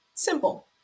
Simple